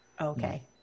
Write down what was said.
Okay